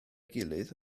gilydd